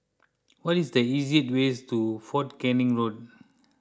what is the easiest way to fort Canning Road